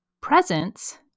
presents